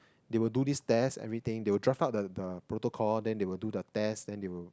they will do this test everything they will draft out the the protocol then they will do the test then they will